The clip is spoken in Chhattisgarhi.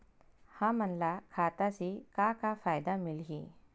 हमन ला खाता से का का फ़ायदा मिलही?